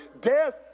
death